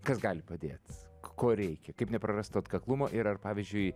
kas gali padėt ko reikia kaip neprarast to atkaklumo ir ar pavyzdžiui